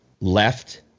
left